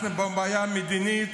אנחנו בבעיה מדינית,